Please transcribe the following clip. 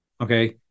Okay